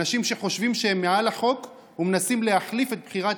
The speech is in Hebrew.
אנשים שחושבים שהם מעל החוק ומנסים להחליף את בחירת